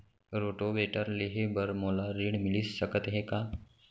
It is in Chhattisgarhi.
रोटोवेटर लेहे बर मोला ऋण मिलिस सकत हे का?